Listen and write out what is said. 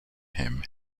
him